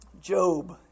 Job